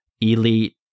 elite